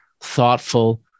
thoughtful